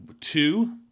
two